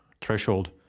threshold